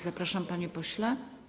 Zapraszam, panie pośle.